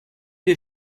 les